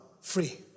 free